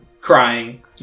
crying